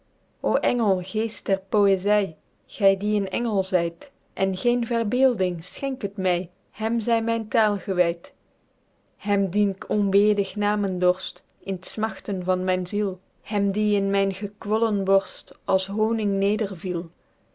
engel geest der poëzy gy die een engel zyt en geen verbeelding schenk het my hem zy myn tael gewyd hem dien k onweerdig namen dorst in t smachten van myn ziel hem die in myn